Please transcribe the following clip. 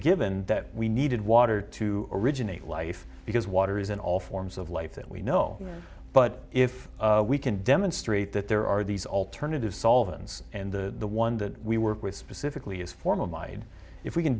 given that we needed water to originate life because water is in all forms of life that we know but if we can demonstrate that there are these alternative solvent and the one that we work with specifically is form of mind if we can